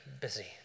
busy